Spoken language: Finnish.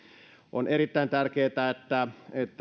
on erittäin tärkeää että